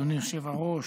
אדוני היושב-ראש.